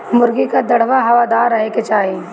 मुर्गी कअ दड़बा हवादार रहे के चाही